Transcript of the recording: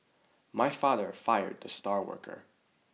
my father fired the star worker